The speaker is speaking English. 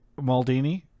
maldini